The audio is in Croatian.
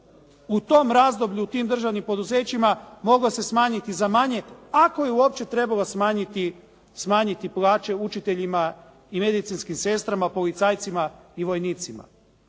u tom razdoblju u tim državnim poduzećima moglo se smanjiti i za manje, ako je uopće trebalo smanjiti plaće učiteljima i medicinskim sestrama, policajcima i vojnicima.